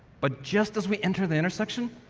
but, just as we enter the intersection,